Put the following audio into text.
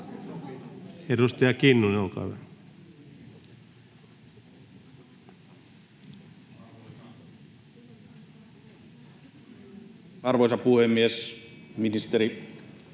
Edustaja Kinnunen, olkaa hyvä. Arvoisa puhemies! Ministeri!